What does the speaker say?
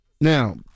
Now